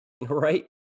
Right